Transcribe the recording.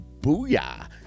booyah